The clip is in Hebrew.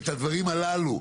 את הדברים הללו,